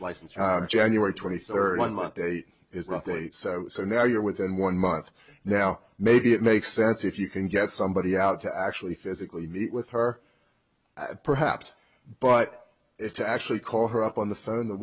license january twenty third one month date so now you're within one month now maybe it makes sense if you can get somebody out to actually physically meet with her perhaps but it's actually call her up on the phone the